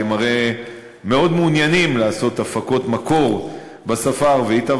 כי הם הרי מאוד מעוניינים לעשות הפקות מקור בשפה הערבית.